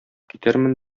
китәрмен